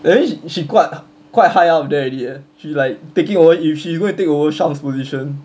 that means she qui~ quite high up there already eh she like taking over if she going to take over position